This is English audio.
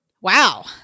Wow